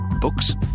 Books